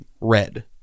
red